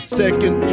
second